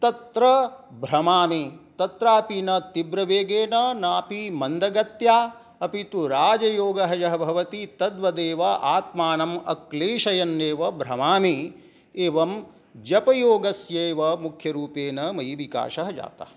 तत्र भ्रमामि तत्रापि न तीव्रवेगेन नापि मन्दगत्या अपि तु राजयोगः यः भवति तद्वद् एव आत्मानम् अक्लेशयन् एव भ्रमामि एवं जपयोगस्यैव मुख्यरूपेण मयि विकासः जातः